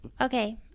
okay